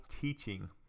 teaching